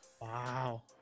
Wow